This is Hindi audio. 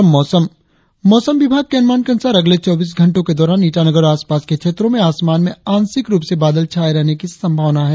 और अब मौसम मौसम विभाग के अनुमान के अनुसार अगले चौबीस घंटो के दौरान ईटानगर और आसपास के क्षेत्रो में आसमान में आंशिक रुप से बादल छाये रहने की संभावना है